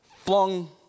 Flung